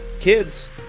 kids